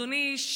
אדוני,